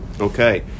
okay